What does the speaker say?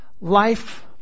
life